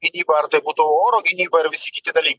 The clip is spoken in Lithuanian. gynybą ar tai būtų oro gynyba ir visi kiti dalykai